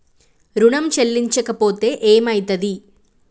ఋణం చెల్లించకపోతే ఏమయితది?